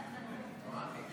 בבקשה, גברתי,